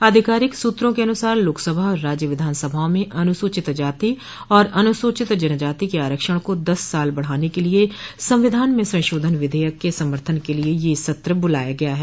आधिकारिक सूत्रों के अनुसार लोकसभा और राज्य विधानसभाओं में अनुसूचित जाति और अनुसूचित जन जाति के आरक्षण को दस साल बढ़ाने के लिए संविधान में सशोधन विधेयक के समर्थन के लिए यह सत्र बूलाया गया है